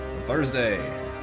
Thursday